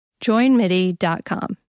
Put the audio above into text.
Joinmidi.com